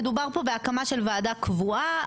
מדובר פה בהקמה של ועדה קבועה.